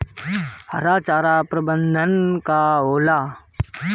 हरा चारा प्रबंधन का होला?